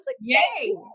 yay